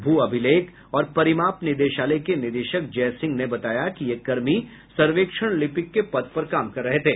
भू अभिलेख और परिमाप निदेशालय के निदेशक जय सिंह ने बताया कि ये कर्मी सर्वेक्षण लिपिक के पद पर काम कर रहे थे